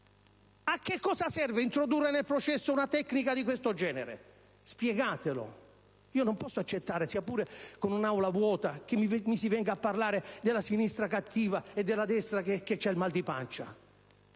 A cosa serve introdurre nel processo una tecnica di questo genere? Spiegatelo. Io non posso accettare, sia pure in un'Aula vuota, che mi si venga a parlare della sinistra cattiva e della destra che ha il mal di pancia.